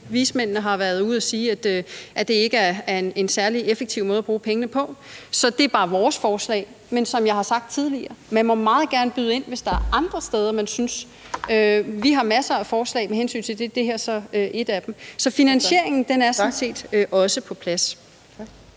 Vismændene har været ude at sige, at det ikke er en særlig effektiv måde at bruge pengene på. Så det er bare vores forslag, men som jeg har sagt tidligere, må man meget gerne byde ind, hvis der er andre steder, som man synes man kunne tage pengene fra. Vi har masser af forslag med hensyn til det, og det her er så et af dem. Så finansieringen er sådan set også på plads.